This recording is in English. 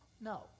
no